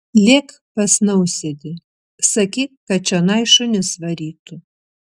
lėk pas nausėdį sakyk kad čionai šunis varytų